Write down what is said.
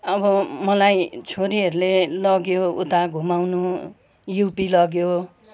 अब मलाई छोरीहरूले लग्यो उता घुमाउनु युपी लग्यो